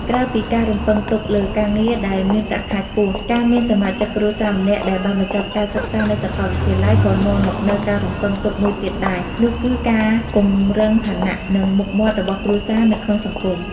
ក្រៅពីការរំពឹងទុកលើការងារដែលមានប្រាក់ខែខ្ពស់ ការមានសមាជិកគ្រួសារម្នាក់ដែលបានបញ្ចប់ការសិក្សានៅសាកលវិទ្យាល័យ ក៏នាំមកនូវការរំពឹងទុកមួយទៀតដែរ នោះគឺការពង្រឹងឋានៈ និងមុខមាត់របស់គ្រួសារនៅក្នុងសង្គម។